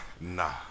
Nah